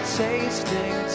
tasting